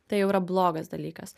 tai jau yra blogas dalykas